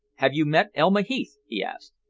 have you met elma heath? he asked.